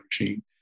machine